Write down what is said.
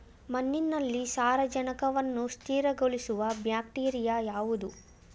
ಮಣ್ಣಿನಲ್ಲಿ ಸಾರಜನಕವನ್ನು ಸ್ಥಿರಗೊಳಿಸುವ ಬ್ಯಾಕ್ಟೀರಿಯಾ ಯಾವುದು?